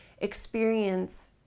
experience